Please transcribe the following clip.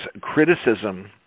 criticism